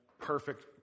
perfect